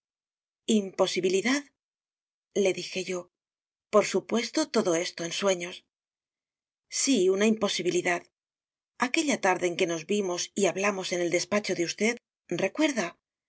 imposibilidad le dije yo por supuesto todo esto en sueños sí una imposibilidad aquella tarde en que nos vimos y hablamos en el despacho de usted recuerda